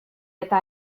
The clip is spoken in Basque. eta